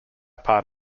part